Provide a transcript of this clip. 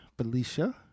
Felicia